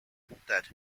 that